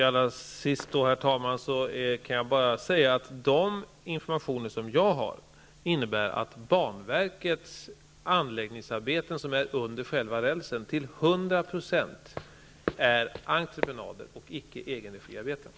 Herr talman! Jag vill till sist säga att den information som jag har innebär att banverkets anläggningsarbeten, under själva rälsen, till hundra procent är entreprenader och inte egenregiarbeten.